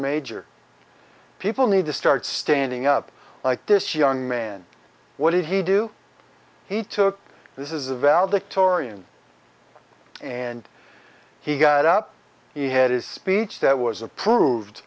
major people need to start standing up like this young man what did he do he took this is a valid victorian and he got up he had his speech that was approved